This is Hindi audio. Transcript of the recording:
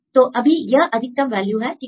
तो अभी यह अधिकतम वैल्यू है ठीक है